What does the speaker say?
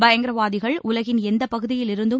பயங்கரவாதிகள் உலகின் எந்த பகுதியிலிருந்தும்